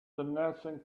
nelson